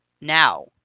now